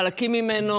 ממנו.